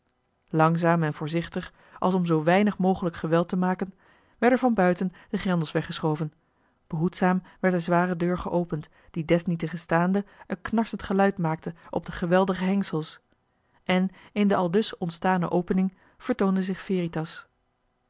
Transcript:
langzaam en voorzichtig als om zoo weinig mogelijk geweld te maken werden van buiten de grendels weggeschoven behoedzaam werd de zware deur geopend die desniettegenstaande een knarsend geluid maakte op de geweldige hengsels en in de aldus ontstane opening vertoonde zich